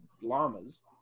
llamas